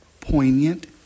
poignant